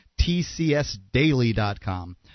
tcsdaily.com